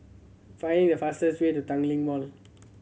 find the fastest way to Tanglin Mall